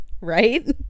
Right